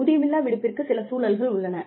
ஊதியமில்லா விடுப்பிற்கு சில சூழல்கள் உள்ளன